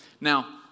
Now